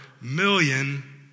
million